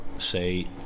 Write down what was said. say